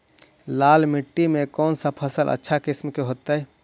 लाल मिट्टी में कौन से फसल अच्छा किस्म के होतै?